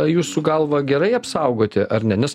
jūsų galva gerai apsaugoti ar ne nes